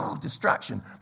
Distraction